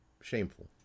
shameful